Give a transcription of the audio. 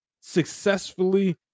successfully